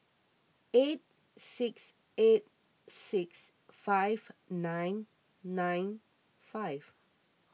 eight six eight six five nine nine five